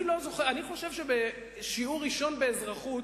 אני חושב שבשיעור ראשון באזרחות